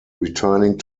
returning